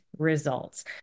results